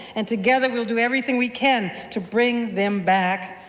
and together, we will do everything we can to bring them back,